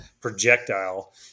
projectile